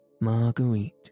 Marguerite